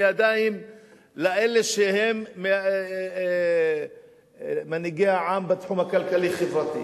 בידיים לאלה שהם מנהיגי העם בתחום הכלכלי-חברתי.